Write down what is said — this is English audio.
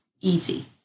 easy